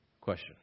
Question